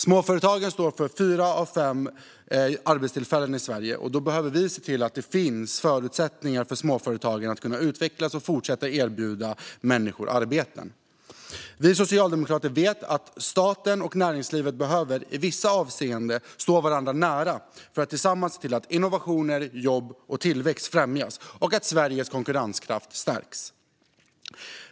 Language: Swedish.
Småföretagen står för fyra av fem arbetstillfällen i Sverige, och därför behöver vi se till att det finns förutsättningar för småföretagen att utvecklas och fortsätta att erbjuda människor arbeten. Vi socialdemokrater vet att staten och näringslivet i vissa avseenden behöver stå varandra nära för att tillsammans se till att innovationer, jobb och tillväxt främjas och att Sveriges konkurrenskraft stärks.